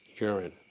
urine